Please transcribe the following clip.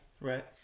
Right